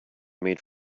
made